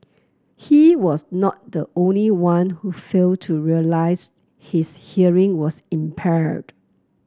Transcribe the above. he was not the only one who failed to realise his hearing was impaired